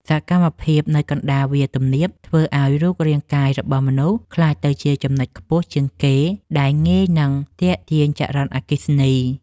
សកម្មភាពនៅកណ្តាលវាលទំនាបធ្វើឱ្យរូបរាងកាយរបស់មនុស្សក្លាយទៅជាចំណុចខ្ពស់ជាងគេដែលងាយនឹងទាក់ទាញចរន្តអគ្គិសនី។